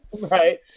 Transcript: Right